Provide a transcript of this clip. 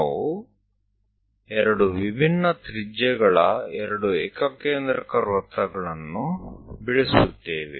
ನಾವು ಎರಡು ವಿಭಿನ್ನ ತ್ರಿಜ್ಯಗಳ ಎರಡು ಏಕಕೇಂದ್ರಕ ವೃತ್ತಗಳನ್ನು ಬಿಡಿಸುತ್ತೇವೆ